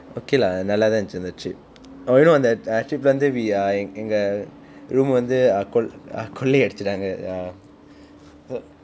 ok lah நல்லா தான் இருந்துச்சு அந்த:nallaa thaan irunthuchu antha trip oh you know அந்த:antha ah trip இல்ல வந்து:illa vanthu we ah எங்க:enga room வந்து:vanthu ah கொள் கொள்ளை அடித்துட்டாங்க:kol kollai aditthuttaanga